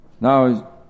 Now